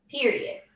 Period